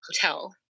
hotel